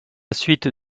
suite